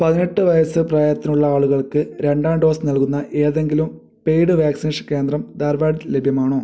പതിനെട്ട് വയസ്സ് പ്രായത്തിലുള്ള ആളുകൾക്ക് രണ്ടാം ഡോസ് നൽകുന്ന ഏതെങ്കിലും പെയ്ഡ് വാക്സിനേഷൻ കേന്ദ്രം ധാർവാഡ് ലഭ്യമാണോ